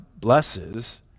blesses